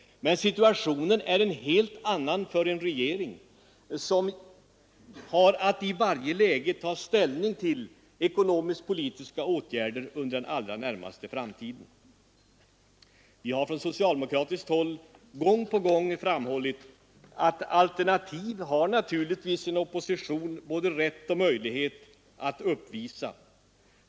Men situationen är en helt annan för en regering som har att i varje läge ta ställning till ekonomisk-politiska åtgärder under den allra närmaste framtiden. Vi har från socialdemokratiskt håll gång på gång framhållit att en opposition naturligtvis har både rätt och möjlighet att uppvisa alternativ.